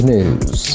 News